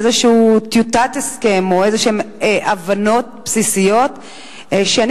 איזו טיוטת הסכם או הבנות בסיסיות כלשהן,